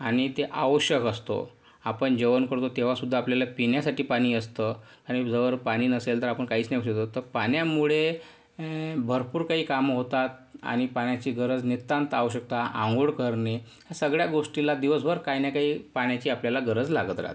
आणि ते आवश्यक असतो आपण जेवण करतो तेव्हा सुद्धा आपल्याला पिण्यासाठी पाणी असतं आणि जोवर पाणी नसेल तर आपण काहीच नाही करू शकत तर पाण्यामुळे भरपूर काही कामं होतात आणि पाण्याची गरज नितांत आवश्यकता आंघोळ करणे या सगळ्या गोष्टीला दिवसभर काही ना काही पाण्याची आपल्याला गरज लागत राहते